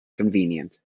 convenient